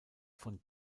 von